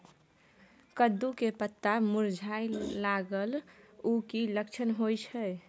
कद्दू के पत्ता मुरझाय लागल उ कि लक्षण होय छै?